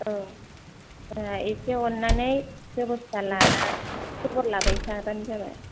औ जाहा एसे अननानै बेबसथा लाना खबर लाबाय थाबानो जाबाय